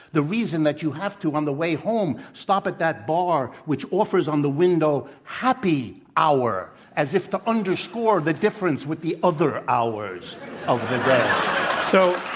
the reason that you have to, on the way home, stop at that bar which offers on the window happy hour, as if to underscore the difference with the other hours of the so